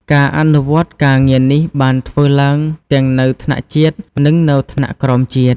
ការអនុវត្តការងារនេះបានធ្វើឡើងទាំងនៅថ្នាក់ជាតិ និងនៅថ្នាក់ក្រោមជាតិ។